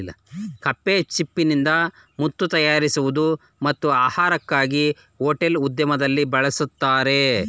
ಕಪ್ಪೆಚಿಪ್ಪಿನಿಂದ ಮುತ್ತು ತಯಾರಿಸುವುದು ಮತ್ತು ಆಹಾರಕ್ಕಾಗಿ ಹೋಟೆಲ್ ಉದ್ಯಮದಲ್ಲಿ ಬಳಸ್ತರೆ